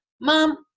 Mom